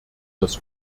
das